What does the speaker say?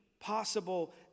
possible